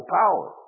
power